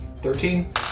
Thirteen